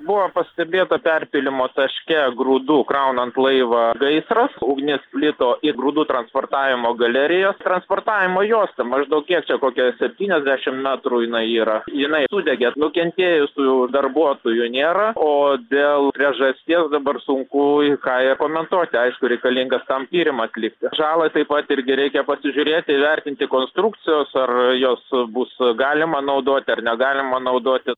buvo pastebėta perpylimo taške grūdų kraunant laivą gaisras ugnis plito į grūdų transportavimo galerijos transportavimo juosta maždaug kiek kokia septyniasdešimt metrų jinai yra jinai sudegė nukentėjusiųjų darbuotojų nėra o dėl priežasties dabar sunku ką ir komentuoti aišku reikalingas tam tyrimą atlikti žalą taip pat irgi reikia pasižiūrėti įvertinti konstrukcijos ar jos bus galima naudoti ar negalima naudoti